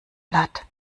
blatt